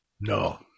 No